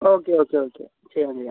okay okay okay ചെയ്യാം ചെയ്യാം